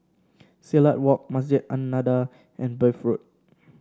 Silat Walk Masjid An Nahdhah and Bath Road